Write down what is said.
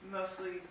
mostly